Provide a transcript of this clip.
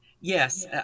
Yes